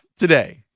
today